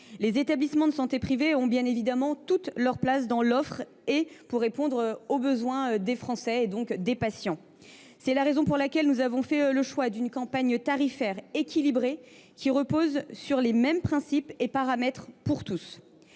Les établissements de santé privés ont bien évidemment toute leur place dans l’offre, pour répondre aux besoins des patients et des Français. C’est la raison pour laquelle nous avons fait le choix d’une campagne tarifaire équilibrée, qui repose sur les mêmes principes et sur les mêmes paramètres pour tous.